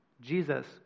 Jesus